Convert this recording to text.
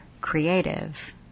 creative